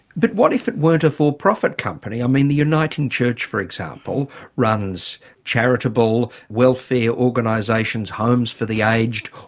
but what if it weren't a full profit company? i mean the uniting church for example runs charitable welfare organisations, homes for the aged.